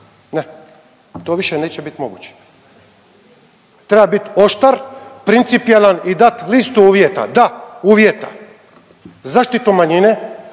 ne, to više neće biti moguće. Treba biti oštar, principijelan i dat listu uvjeta. Da, uvjeta, zaštitu manjine,